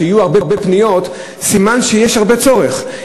מפני שיהיו הרבה פניות, סימן שיש צורך רב.